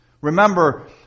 Remember